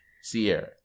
Sierra